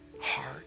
heart